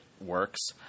Works